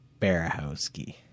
Barahowski